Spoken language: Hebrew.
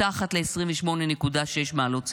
מתחת ל-28.6 מעלות צלזיוס,